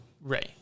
Ray